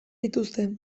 dituzte